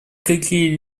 какие